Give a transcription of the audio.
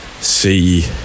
see